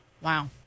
Wow